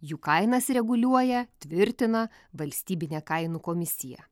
jų kainas reguliuoja tvirtina valstybinė kainų komisija